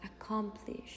accomplish